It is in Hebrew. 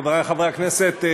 חברי חברי הכנסת,